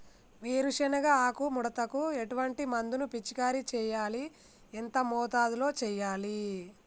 వేరుశెనగ ఆకు ముడతకు ఎటువంటి మందును పిచికారీ చెయ్యాలి? ఎంత మోతాదులో చెయ్యాలి?